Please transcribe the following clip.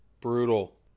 Brutal